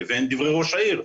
לבין דברי ראש העיר.